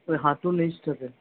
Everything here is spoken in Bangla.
ঐ হাঁটুর নীচটাতে